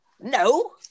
No